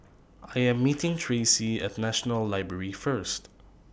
I Am meeting Tracee At National Library First